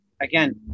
again